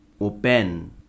open